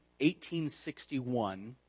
1861